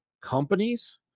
companies